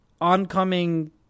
oncoming